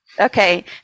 Okay